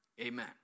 Amen